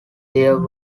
there